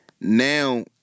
now